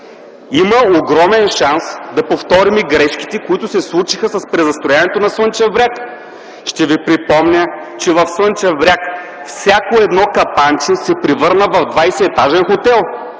Има огромен шанс да повторим грешките, които се случиха с презастрояването на Слънчев бряг. Ще ви припомня, че в Слънчев бряг всяко едно капанче се превърна в 20-етажен хотел